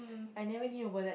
I never knew about that